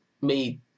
made